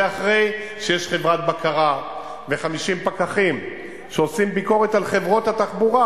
זה אחרי שיש חברת בקרה ו-50 פקחים שעושים ביקורת על חברות התחבורה,